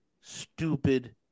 stupid